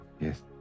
Yes